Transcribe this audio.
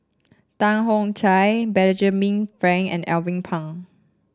Tan Benjamin Frank and Alvin Pang